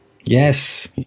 yes